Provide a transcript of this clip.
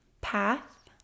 path